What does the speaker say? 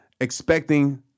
expecting